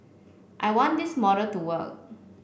I want this model to work